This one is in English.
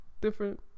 different